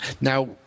Now